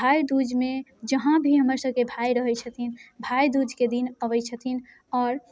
भाइदूजमे जहाँ भी हमरसबके भाइ रहै छथिन भाइदूजके दिन अबै छथिन आओर